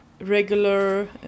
regular